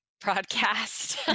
Broadcast